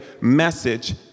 message